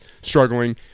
struggling